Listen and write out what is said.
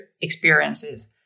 experiences